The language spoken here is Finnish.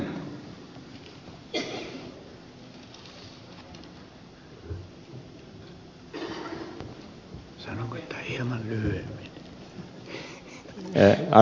arvoisa puhemies